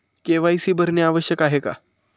KYC भरणे आवश्यक आहे का?